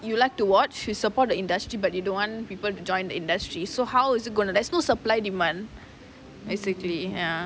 you like to watch you support the industry but you don't want people to join the industry so how is it going to like so supply demand basically ya